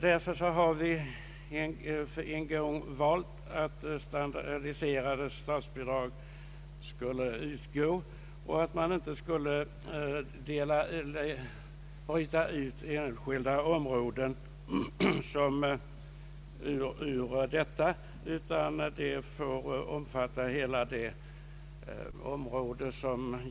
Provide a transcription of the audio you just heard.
Riksdagen har en gång bestämt att standardiserade statsbidrag skall utgå. Då kan man inte undanta enskilda områden från denna princip, utan reglerna bör omfatta hela området.